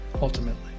ultimately